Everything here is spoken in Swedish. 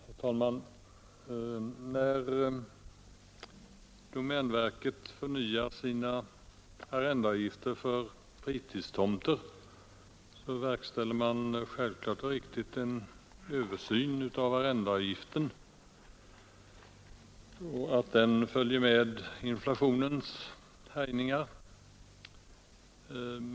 Herr talman! Av uppgifter i pressen att döma håller domänverket på att se över sina arrendeavgifter för fritidstomter. En sådan översyn är självklart riktig och nödvändig tid efter annan för att arrendeavgiften skall följa med inflationens härjningar.